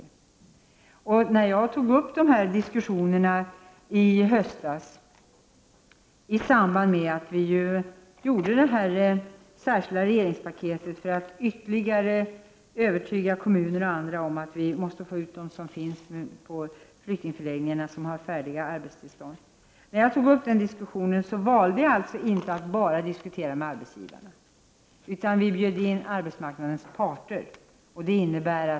När jag i höstas tog upp dessa diskussioner i samband med att vi tog fram det särskilda regeringspaketet för att ytterligare övertyga kommuner och andra om att vi på arbetsmarknaden måste få ut dem som finns i flyktingförläggningarna och har fått arbetstillstånd, valde jag att inte bara diskutera med arbetsgivarna. Vi bjöd in arbetsmarknadens parter.